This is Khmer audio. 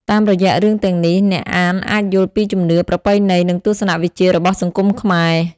តាមរយៈរឿងទាំងនេះ អ្នកអានអាចយល់ពីជំនឿ ប្រពៃណី និងទស្សនៈវិជ្ជារបស់សង្គមខ្មែរ។